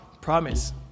Promise